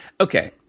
Okay